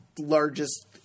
largest